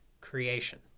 Creation